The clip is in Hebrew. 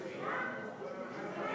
סליחה?